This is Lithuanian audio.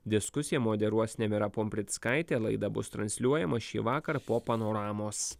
diskusiją moderuos nemira pumprickaitė laida bus transliuojama šįvakar po panoramos